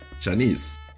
Chinese